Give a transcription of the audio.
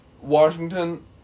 Washington